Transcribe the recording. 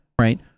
right